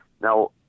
Now